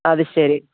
അതു ശരി